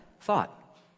thought